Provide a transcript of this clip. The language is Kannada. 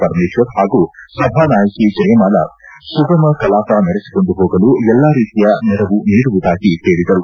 ಪರಮೇಶ್ವರ್ ಹಾಗೂ ಸಭಾನಾಯಕಿ ಜಯಮಾಲಾ ಸುಗಮ ಕಲಾಪ ನಡೆಸಿಕೊಂಡು ಹೋಗಲು ಎಲ್ಲಾ ರೀತಿಯ ನೆರವು ನೀಡುವುದಾಗಿ ಹೇಳಿದರು